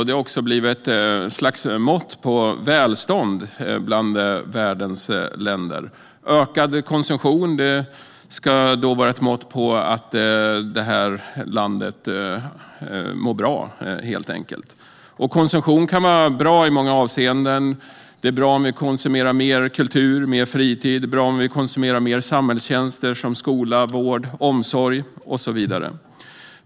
Det har också blivit ett slags mått på välstånd bland världens länder. Ökad konsumtion ska helt enkelt vara ett mått på att det här landet mår bra. Konsumtion kan vara bra i många avseenden. Det är bra om vi konsumerar mer kultur och mer fritid. Det är bra om vi konsumerar mer samhällstjänster, som skola, vård, omsorg och så vidare.